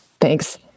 Thanks